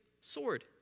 sword